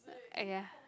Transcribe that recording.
!aiya!